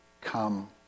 come